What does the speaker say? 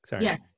Yes